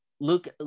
Luke